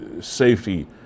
safety